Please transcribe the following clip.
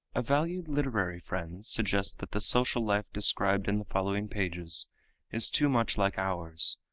a valued literary friend suggests that the social life described in the following pages is too much like ours,